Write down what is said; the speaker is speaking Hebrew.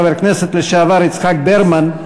חבר הכנסת לשעבר יצחק ברמן,